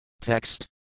Text